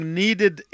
needed